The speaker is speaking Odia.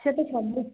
ସେତ ସବୁ